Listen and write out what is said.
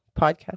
podcast